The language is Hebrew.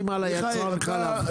המאשימה ליצרן החלב.